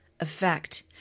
Effect